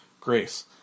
Grace